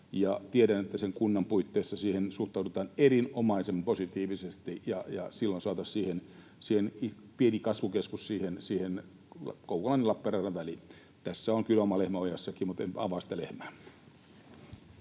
Tiedän, että sen kunnan puitteissa siihen suhtaudutaan erinomaisen positiivisesti. Silloin saataisiin pieni kasvukeskus Kouvolan ja Lappeenrannan väliin. Tässä on kyllä omakin lehmä ojassa, mutta en avaa sitä lehmää.